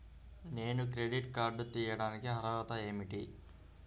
నేను credit card తీయడానికి అర్హత ఏమిటి?